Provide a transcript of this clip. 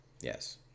yes